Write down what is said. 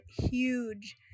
huge